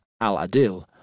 Al-Adil